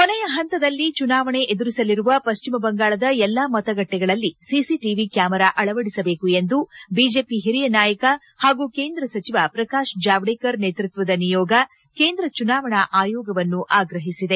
ಕೊನೆಯ ಹಂತದಲ್ಲಿ ಚುನಾವಣೆ ಎದುರಿಸಲಿರುವ ಪಶ್ಚಿಮ ಬಂಗಾಳದ ಎಲ್ಲಾ ಮತಗಟ್ಟೆಗಳಲ್ಲಿ ಸಿಸಿ ಟವಿ ಕ್ಲಾಮರಾ ಅಳವಡಿಸಬೇಕು ಎಂದು ಬಿಜೆಪಿ ಹಿರಿಯ ನಾಯಕ ಹಾಗೂ ಕೇಂದ್ರ ಸಚಿವ ಪ್ರಕಾಶ್ ಜಾವಡೇಕರ್ ನೇತೃತ್ವದ ನಿಯೋಗ ಕೇಂದ್ರ ಚುನಾವಣಾ ಆಯೋಗವನ್ನು ಆಗ್ರಹಿಸಿದೆ